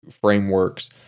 frameworks